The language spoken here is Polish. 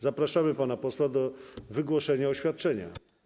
Zapraszamy pana posła do wygłoszenia oświadczenia.